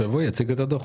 שיבוא, יציג את הדוח.